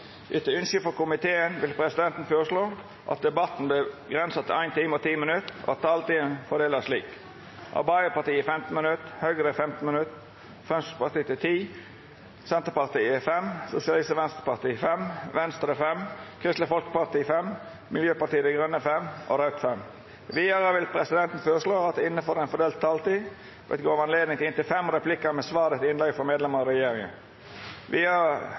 minutt, og at taletida vert fordelt slik: Arbeidarpartiet 15 minutt, Høgre 15 minutt, Framstegspartiet 10 minutt, Senterpartiet 5 minutt, Sosialistisk Venstreparti 5 minutt, Venstre 5 minutt, Kristeleg Folkeparti 5 minutt, Miljøpartiet Dei Grøne 5 minutt og Raudt 5 minutt. Vidare vil presidenten føreslå at det – innanfor den fordelte taletida – vert gjeve anledning til inntil fem replikkar med svar etter innlegg frå medlemer av regjeringa. Vidare